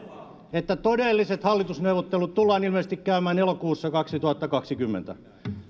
että todelliset hallitusneuvottelut tullaan ilmeisesti käymään elokuussa kaksituhattakaksikymmentä